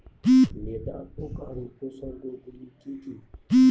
লেদা পোকার উপসর্গগুলি কি কি?